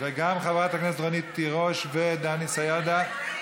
וגם חברת הכנסת רונית תירוש ודני סידה,